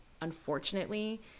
unfortunately